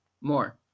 more